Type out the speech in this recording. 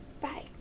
Bye